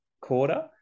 quarter